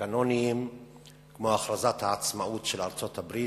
וקאנוניים כמו הכרזת העצמאות של ארצות-הברית,